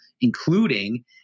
including